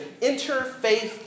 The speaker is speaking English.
interfaith